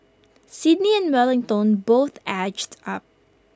Sydney and Wellington both edged up